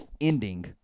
ending